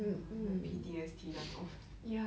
mm like P_T_S_D 那种